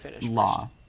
law